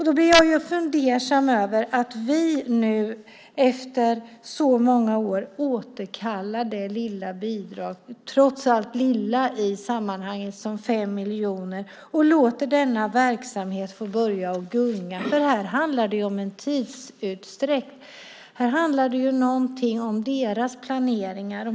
Jag blir fundersam över att vi efter så många år återkallar det i sammanhanget trots allt lilla bidraget på 5 miljoner och låter denna verksamhet få börja gunga, för här handlar det om en tidsutdräkt. Det handlar om deras planering.